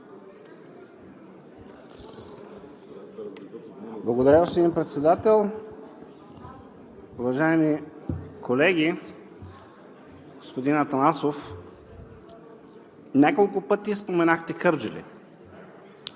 Благодаря, господин Председател. Уважаеми колеги! Господин Атанасов, няколко пъти споменахте Кърджали